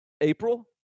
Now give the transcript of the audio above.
April